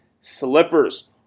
slippers